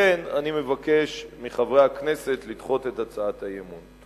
לכן אני מבקש מחברי הכנסת לדחות את הצעת האי-אמון.